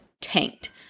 tanked